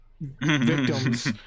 victims